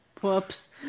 Whoops